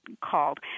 called